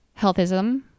healthism